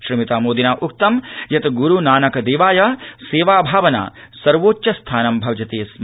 श्रीमता मोदिना उक्तं यत् गुरुनानकदेवाय सेवाभावना सर्वोच्चस्थानं भजते स्म